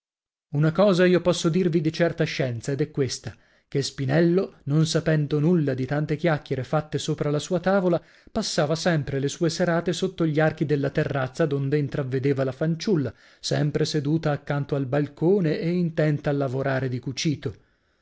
una cosa io posso dirvi di certa scienza ed è questa che spinello non sapendo nulla di tante chiacchiere fatte sopra la sua tavola passava sempre le sue serate sotto gli archi della terrazza donde intravvedeva la fanciulla sempre seduta accanto al balcone e intenta a lavorare di cucito